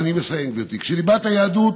וליבת היהדות,